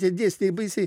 tie dėsniai baisiai